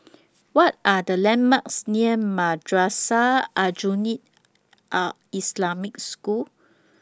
What Are The landmarks near Madrasah Aljunied Al Islamic School